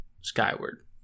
skyward